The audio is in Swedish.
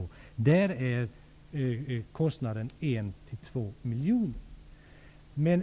För en sådan är kostnaden 1--2 miljoner kronor.